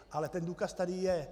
Ale ten důkaz tady je.